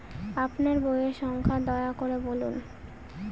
আপনার বইয়ের সংখ্যা দয়া করে বলুন?